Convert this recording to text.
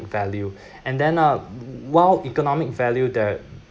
value and then uh while economic value the